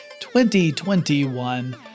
2021